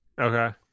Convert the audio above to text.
Okay